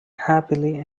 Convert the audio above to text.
happily